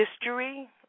history